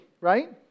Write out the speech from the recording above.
right